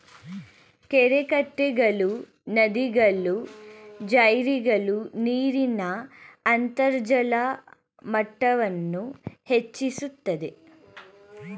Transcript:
ಕೆರೆಕಟ್ಟೆಗಳು, ನದಿಗಳು, ಜೆರ್ರಿಗಳು ನೀರಿನ ಅಂತರ್ಜಲ ಮಟ್ಟವನ್ನು ಹೆಚ್ಚಿಸುತ್ತದೆ